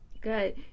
Good